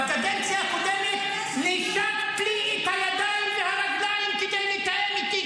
--- בקדנציה הקודמת נישקת לי את הידיים ואת הרגליים כדי לתאם איתי,